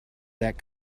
that